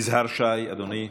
יזהר שי, אדוני.